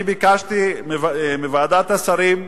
אני ביקשתי מוועדת השרים,